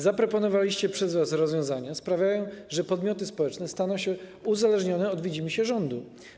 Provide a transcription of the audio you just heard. Zaproponowane przez was rozwiązania sprawią, że podmioty społeczne staną się uzależnione od widzimisię rządu.